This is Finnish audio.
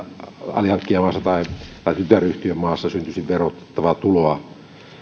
alihankkijamaassa tai tai tytäryhtiömaassa ei syntyisi verotettavaa tuloa